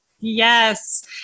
Yes